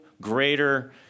greater